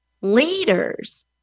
leaders